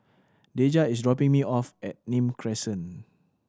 Dejah is dropping me off at Nim Crescent